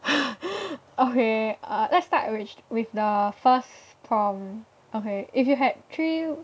okay uh let's start arrang~ with the first prompt okay if you had three